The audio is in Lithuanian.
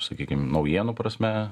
sakykim naujienų prasme